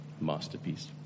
masterpiece